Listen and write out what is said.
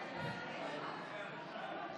נתקבל.